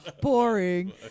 boring